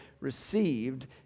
received